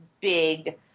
big –